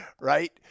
Right